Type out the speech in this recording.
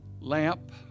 lamp